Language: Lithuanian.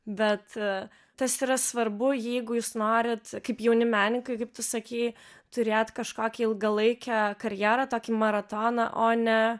bet tas yra svarbu jeigu jūs norit kaip jauni menininkai kaip tu sakei turėt kažkokį ilgalaikę karjerą tokį maratoną o ne